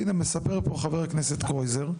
הנה, מספר פה חבר הכנסת קרויזר,